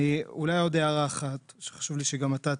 אולי עוד הערה אחת שחשוב לי שגם אתה תדע.